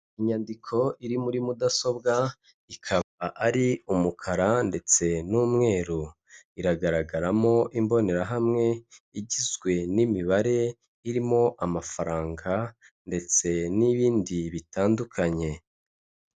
Inyandiko iri muri mudasobwa, ikaba ari umukara ndetse n'umweru, iragaragaramo imbonerahamwe, igizwe n'imibare, irimo amafaranga ndetse nibindi bitandukanye.